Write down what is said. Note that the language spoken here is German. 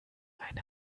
eine